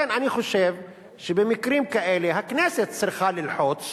לכן, אני חושב שבמקרים כאלה הכנסת צריכה ללחוץ